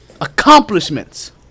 accomplishments